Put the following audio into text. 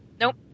Nope